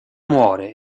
muore